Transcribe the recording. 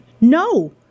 no